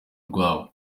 rwabo